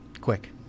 Quick